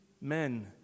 men